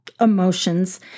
emotions